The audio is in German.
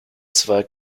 zwei